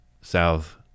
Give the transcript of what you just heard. south